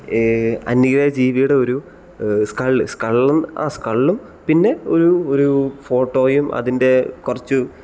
അന്യഗ്രഹ ജീവിയുടെ ഒരു സ്ക്കള്ള് സ്ക്കള്ള് ആ സ്ക്കള്ളും പിന്നെ ഒരു ഒരു ഫോട്ടോയും അതിൻ്റെ കുറച്ച്